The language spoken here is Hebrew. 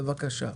בבקשה.